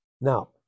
Now